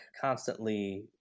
constantly